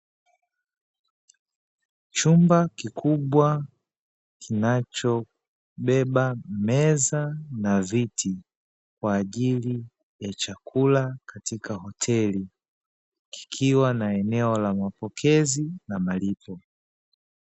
Chumba kikubwa kinachobeba meza na viti kwaajili ya chakula katika hoteli, kikiwa na eneo la mapokezi na malipo.